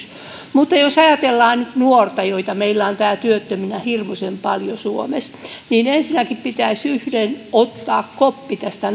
mutta jos ajatellaan nuorta joita meillä on täällä työttöminä hirmuisen paljon suomessa niin ensinnäkin pitäisi yhden ottaa koppi tästä